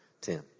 tim